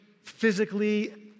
physically